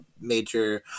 major